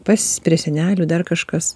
pas prie senelių dar kažkas